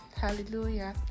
hallelujah